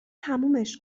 تمومش